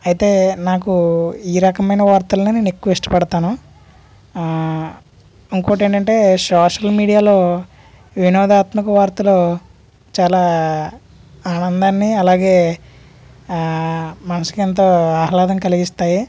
అయితే నాకు ఈ రకమైన వార్తలనే నేను ఎక్కువ ఇష్టపడతాను ఇంకోటేంటంటే సోషల్ మీడియాలో వినోదాత్మక వార్తలు చాలా ఆనందాన్ని అలాగే మనసుకెంతో ఆహ్లాదం కలిగిస్తాయి